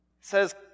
says